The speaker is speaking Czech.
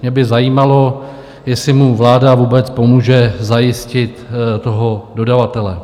Mě by zajímalo, jestli mu vláda vůbec pomůže zajistit toho dodavatele?